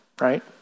right